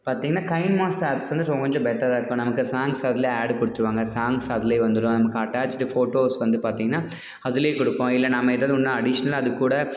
பார்த்தீங்கன்னா KineMaster apps வந்து so கொஞ்சம் பெட்டராக இருக்கும் நமக்கு சாங்ஸ்க்கு அதில் ஆட் கொடுத்துருவாங்க சாங்ஸு அதில் வந்துடும் நமக்கு அட்டாச்சிடு ஃபோட்டோஸ் வந்து பார்த்தீங்கன்னா அதில் கொடுப்போம் இல்லை நாம் எதாவது ஒன்று அடிஷ்னலாக அதுக்கூட